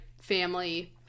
family